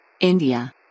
India